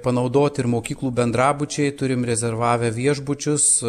panaudoti ir mokyklų bendrabučiai turim rezervavę viešbučius